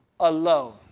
Alone